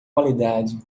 qualidade